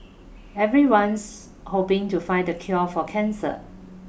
everyone's hoping to find the cure for cancer